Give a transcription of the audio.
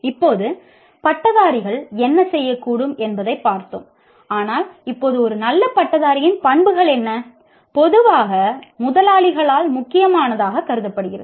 இப்போது பட்டதாரிகள் என்ன செய்யக்கூடும் என்பதைப் பார்த்தோம் ஆனால் இப்போது ஒரு நல்ல பட்டதாரியின் பண்புகள் என்ன பொதுவாக முதலாளிகளால் முக்கியமானதாகக் கருதப்படுகிறது